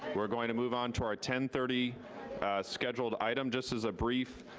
we're going to move on to our ten thirty scheduled item just as a brief.